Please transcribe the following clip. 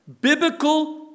biblical